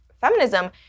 feminism